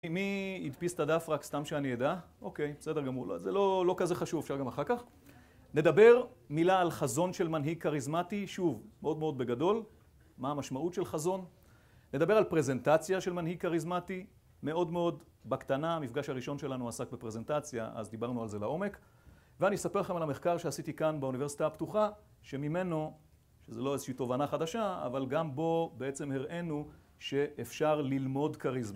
מי הדפיס את הדף רק סתם שאני אדע, אוקיי, בסדר גמור, זה לא כזה חשוב, אפשר גם אחר כך. נדבר מילה על חזון של מנהיג כריזמטי, שוב, מאוד מאוד בגדול, מה המשמעות של חזון. נדבר על פרזנטציה של מנהיג כריזמטי, מאוד מאוד, בקטנה, המפגש הראשון שלנו עסק בפרזנטציה, אז דיברנו על זה לעומק. ואני אספר לכם על המחקר שעשיתי כאן באוניברסיטה הפתוחה, שממנו, שזה לא איזושהי תובנה חדשה, אבל גם בו בעצם הראינו שאפשר ללמוד כריזמה